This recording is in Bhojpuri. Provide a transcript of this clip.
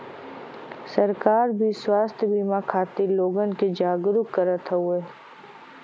सरकार भी स्वास्थ बिमा खातिर लोगन के जागरूक करत हउवे